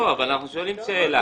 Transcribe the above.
לא, אבל אנחנו שואלים שאלה.